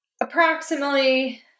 approximately